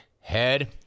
Head